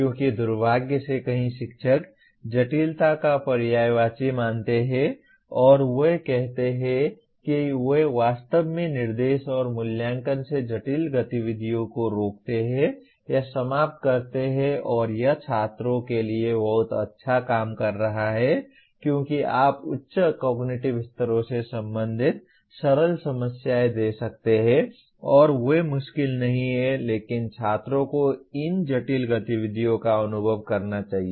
क्योंकि दुर्भाग्य से कई शिक्षक जटिलता का पर्यायवाची मानते हैं और वे कहते हैं कि वे वास्तव में निर्देश और मूल्यांकन से जटिल गतिविधियों को रोकते हैं या समाप्त करते हैं और यह छात्रों के लिए बहुत अच्छा काम कर रहा है क्योंकि आप उच्च कॉग्निटिव स्तरों से संबंधित सरल समस्याएं दे सकते हैं और वे मुश्किल नहीं है लेकिन छात्रों को इन जटिल गतिविधियों का अनुभव करना चाहिए